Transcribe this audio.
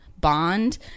bond